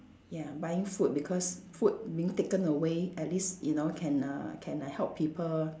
ya buying food because food being taken away at least you know can uh can uh help people